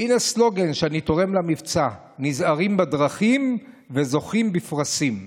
והינה סלוגן שאני תורם למבצע: נזהרים בדרכים וזוכים בפרסים.